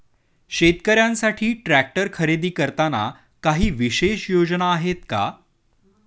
शेतकऱ्यांसाठी ट्रॅक्टर खरेदी करताना काही विशेष योजना आहेत का?